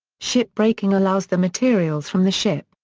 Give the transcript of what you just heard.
ship breaking allows the materials from the ship,